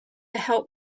help